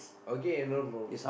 okay no problem